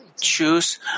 choose